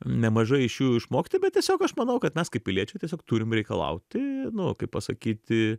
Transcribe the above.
nemažai iš jų išmokti bet tiesiog aš manau kad mes kaip piliečiai tiesiog turim reikalauti nu kaip pasakyti